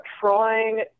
trying